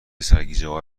سرگیجهآور